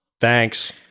Thanks